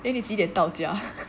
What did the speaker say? then 你几点到家